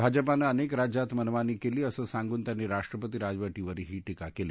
भाजपत्रि अनेक राज्यात मनमानी केली असं सांगून त्यांनी राष्ट्रपती राजवटीवरही टीका केली